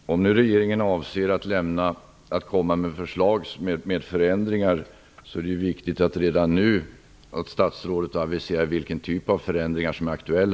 Fru talman! Om regeringen avser att komma med förslag till förändringar är det viktigt att statsrådet redan nu aviserar vilken typ av förändringar som är aktuell.